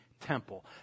temple